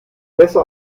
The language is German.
besser